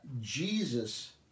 Jesus